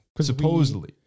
Supposedly